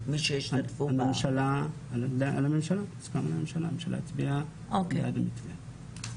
סוכם על-ידי הממשלה להצביע בעד המתווה.